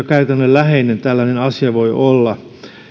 käytännönläheinen tällainen asia voi olla